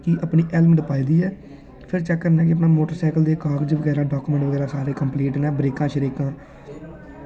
ते अपनी हेलमेट पाई लेई ऐ फिर चैक करने मोटरसैकल दे कागज़ बगैरा ओह् पूरे सारे कंपलीट न ब्रेकां